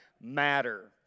matter